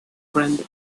friend